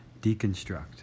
deconstruct